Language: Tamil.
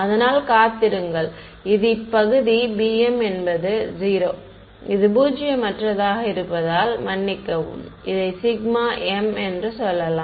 அதனால் காத்திருங்கள் இது இப்பகுதி bm என்பது 0 இது பூஜ்ஜியமற்றதாக இருப்பதால் மன்னிக்கவும் இதை சிக்மா m என்று சொல்லலாம்